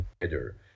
together